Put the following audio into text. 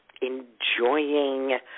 enjoying